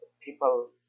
People